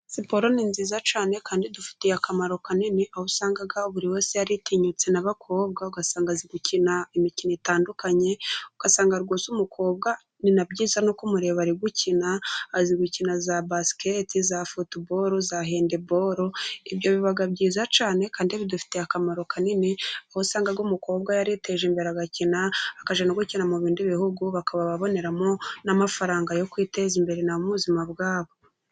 Siporo ni nziza cyane kandi idufitiye akamaro kanini. Aho usanga buri wese yaritinyutse n'abakobwa ugasanga bazi gukina imikino itandukanye. Ugasanga rwose umukobwa nina byiza no kumureba ari gukina, Azi gukina za baskets, za football, za handball. Ibyo biba byiza cyane kandi bidufitiye akamaro kanini. Aho usanga umukobwa yariteje imbere. Agakina akajya no gukina mu bindi bihugu, bakaboneramo n'amafaranga yo kwiteza imbere mu buzima bwabo.